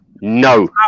no